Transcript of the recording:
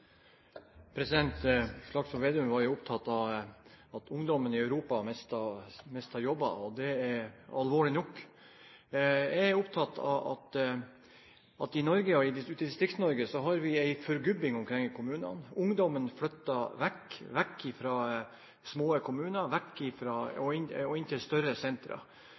Slagsvold Vedum var jo opptatt av at ungdommen i Europa mister jobber, og det er alvorlig nok. Jeg er opptatt av at vi i Norge, ute i Distrikts-Norge, har en forgubbing omkring i kommunene. Ungdommen flytter vekk fra små kommuner og inn til større sentra.